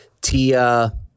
Tia